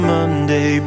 Monday